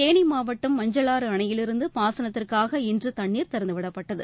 தேனி மாவட்டம் மஞ்சளாறு அணையிலிருந்து பாசனத்திற்காக இன்று தண்ணீர் திறந்துவிடப்பட்டது